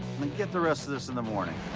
and get the rest of this in the morning.